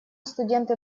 студенты